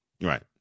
Right